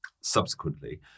subsequently